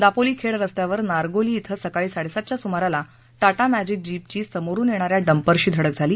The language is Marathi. दापोली खेड रस्त्यावर नारगोली क्रि सकाळी साडेसातच्या सुमाराला मॅजिक जीपची समोरून येणाऱ्या डंपरशी धडक झाली